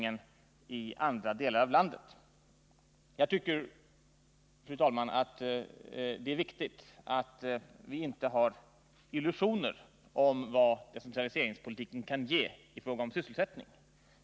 Det är viktigt att vi inte har illusioner om vad decentralise sselsättningen i andra delar av landet. ringspolitiken kan ge i fråga om sysselsättning.